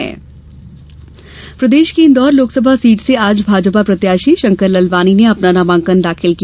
इंदौर नामांकन प्रदेश की इंदौर लोकसभा सीट से आज भाजपा प्रत्याशी शंकर ललवानी ने अपना नामांकन दाखिल किया